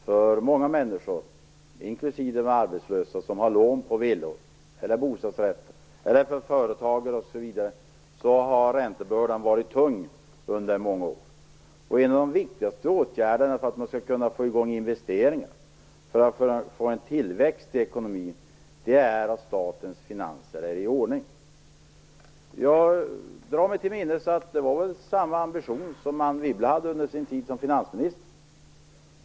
För många människor - inklusive företagare och arbetslösa som har lån på villor eller bostadsrätter - har räntebördan varit tung under många år. En av de viktigaste åtgärderna för att man skall kunna få i gång investeringar och för att få en tillväxt i ekonomin är att statens finanser är i ordning. Jag drar mig till minnes att det var samma ambition som Anne Wibble hade under sin tid som finansminister.